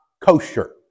kosher